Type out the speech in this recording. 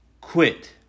quit